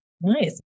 Nice